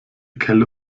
kelle